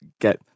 get